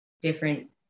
different